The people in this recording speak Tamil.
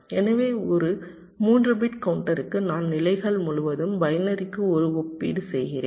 எனவே ஒரு 3 பிட் கவுண்டருக்கு நான் நிலைகள் முழுவதும் பைனரிக்கு ஒரு ஒப்பீடு செய்கிறேன்